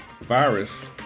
virus